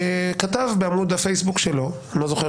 שכתב בעמוד הפייסבוק שלו אני לא זוכר